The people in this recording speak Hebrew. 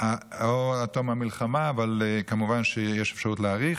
או עד תום המלחמה, אבל כמובן שיש אפשרות להאריך.